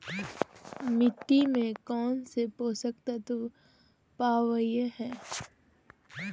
मिट्टी में कौन से पोषक तत्व पावय हैय?